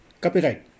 copyright